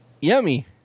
Yummy